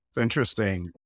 Interesting